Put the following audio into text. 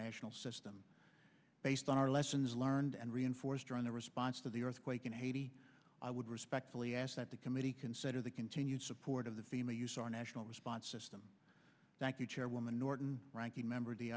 national system based on our lessons learned and reinforced during the response to the earthquake in haiti i would respectfully ask that the committee consider the continued support of the family use our national response system thank you chairwoman norton ranking member